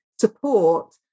support